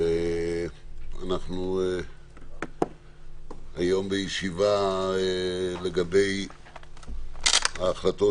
אנחנו היום בישיבה בנושא ההחלטות